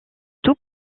tout